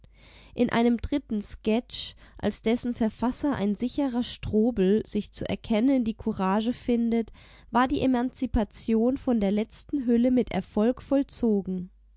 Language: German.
in einem dritten sketch als dessen verfasser ein sicherer strobel sich zu erkennen die courage findet war die emanzipation von der letzten hülle mit erfolg vollzogen